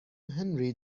henry